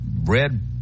red